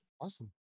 Awesome